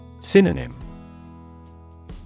Synonym